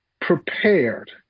prepared